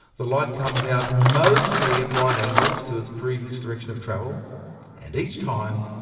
the light comes out mostly at right angles to its previous direction of travel and each time,